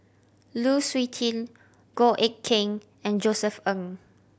Lu Suitin Goh Eck Kheng and Josef Ng